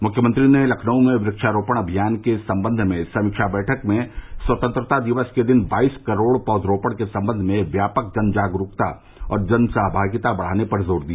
मुख्यमंत्री ने लखनऊ में क्षारोपण अभियान के संबंध में समीक्षा बैठक में स्वतंत्रता दिवस के दिन बाईस करोड़ पौधरोपण के संबंध में व्यापक जनजागरूकता और जनसहभागिता बढ़ाने पर जोर दिया